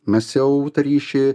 mes jau tą ryšį